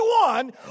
one